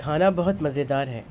کھانا بہت مزے دار ہے